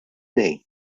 tnejn